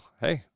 Hey